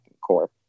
core